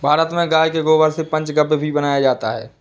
भारत में गाय के गोबर से पंचगव्य भी बनाया जाता है